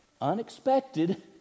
Unexpected